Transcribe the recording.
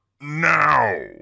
Now